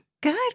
Good